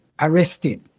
arrested